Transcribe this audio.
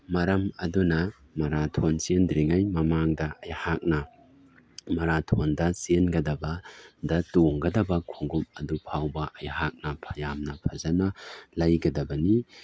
ꯃꯔꯝ ꯑꯗꯨꯅ ꯃꯔꯥꯊꯣꯟ ꯆꯦꯟꯗ꯭ꯔꯤꯉꯩꯒꯤ ꯃꯃꯥꯡꯗ ꯑꯩꯍꯥꯛꯅ ꯃꯔꯥꯊꯣꯟꯗ ꯆꯦꯟꯒꯗꯕ ꯗ ꯇꯣꯡꯒꯗꯕ ꯈꯣꯡꯎꯞ ꯑꯗꯨ ꯐꯥꯎꯕ ꯑꯩꯍꯥꯛꯅ ꯌꯥꯝꯅ ꯐꯖꯅ ꯂꯩꯒꯗꯕꯅꯤ